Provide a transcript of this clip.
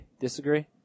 Disagree